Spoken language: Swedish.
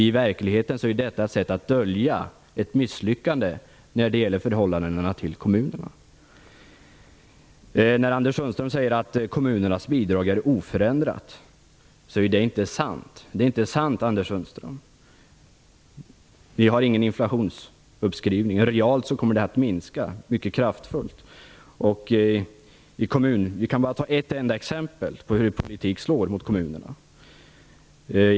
I verkligheten är detta ett sätt att dölja ett misslyckande när det gäller förhållandet till kommunerna. Anders Sundström säger att kommunernas bidrag är oförändrade. Det är inte sant, Anders Sundström. Vi har ingen inflationsuppskrivning, och realt kommer bidragen att minska mycket kraftigt. Låt mig ta ett enda exempel på hur er politik slår mot kommunerna.